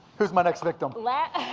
who's my next victim?